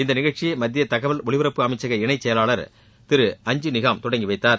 இந்த நிகழ்ச்சியை மத்திய தகவல் ஒலிபரப்பு அமைச்சக இணைச்செயவாளர் அஞ்சு நிகாம் தொடங்கி வைத்தார்